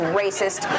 racist